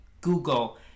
google